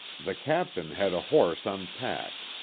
the captain had a horse unpacked,